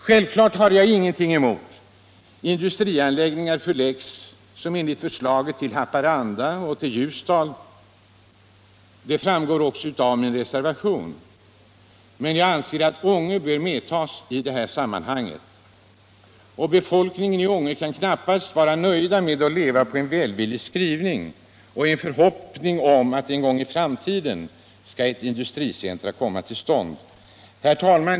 Självfallet har jag ingenting emot att industricenteranläggningar förläggs, som enligt förslaget, till Haparanda och Ljusdal — det framgår också av min reservation. Men jag anser att Ånge bör medtas i detta sammanhang. Befolkningen i Ånge kan knappast vara nöjd med att leva på en välvillig skrivning och en förhoppning om att ett industricenter skall komma till stånd en gång i framtiden. Fru talman!